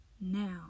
now